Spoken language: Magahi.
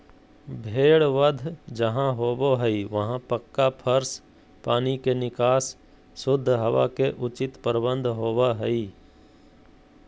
भेड़ वध जहां होबो हई वहां पक्का फर्श, पानी के निकास, शुद्ध हवा के उचित प्रबंध होवअ हई